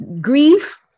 grief